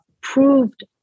proved